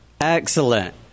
Excellent